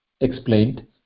explained